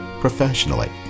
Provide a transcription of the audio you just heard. professionally